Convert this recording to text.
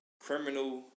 criminal